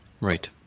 Right